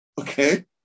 okay